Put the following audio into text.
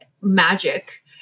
magic